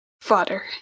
fodder